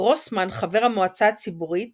גרוסמן חבר המועצה הציבורית